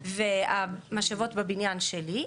המשאבות נמצאות בבניין שלי,